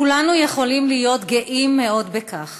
כולנו יכולים להיות גאים מאוד בכך